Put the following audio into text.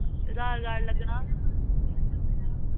अधार कार्ड लग्गना